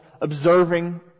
observing